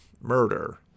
murder